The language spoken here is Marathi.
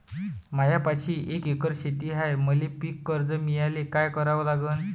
मायापाशी एक एकर शेत हाये, मले पीककर्ज मिळायले काय करावं लागन?